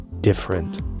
different